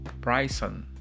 Bryson